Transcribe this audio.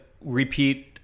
repeat